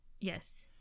Yes